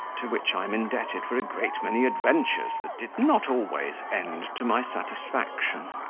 to which i am indebted for a great many adventures that did not always end to my satisfaction.